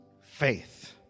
faith